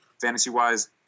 fantasy-wise